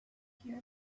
here